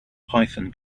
python